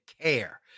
care